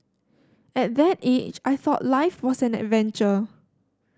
at that age I thought life was an adventure